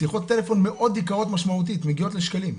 שיחות טלפון מאוד יקרות משמעות, מגיעות לשקלים,